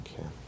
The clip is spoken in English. Okay